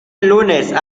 lunes